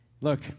Look